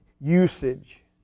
usage